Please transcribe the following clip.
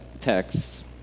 texts